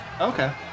Okay